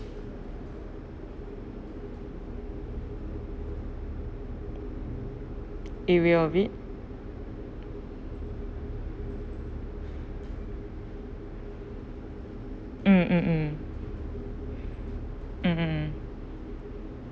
area of it mm mm mm mm mm mm